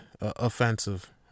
offensive